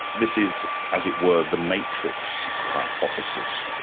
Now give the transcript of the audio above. this is, as it were, the matrix hypothesis.